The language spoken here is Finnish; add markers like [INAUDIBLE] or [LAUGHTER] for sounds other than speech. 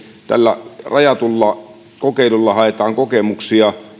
tällä rajatulla kokeilulla haetaan kokemuksia [UNINTELLIGIBLE]